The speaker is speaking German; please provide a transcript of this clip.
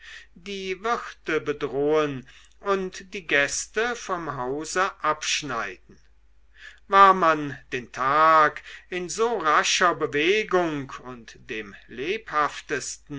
die wirte bedrohen und die gäste vom hause abschneiden war man den tag in so rascher bewegung und dem lebhaftesten